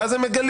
ואז הם מגלים,